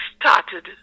started